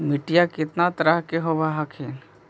मिट्टीया कितना तरह के होब हखिन?